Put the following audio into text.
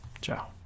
ciao